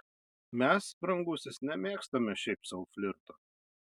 mes brangusis nemėgstame šiaip sau flirto